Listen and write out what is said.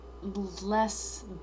less